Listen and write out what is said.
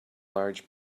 large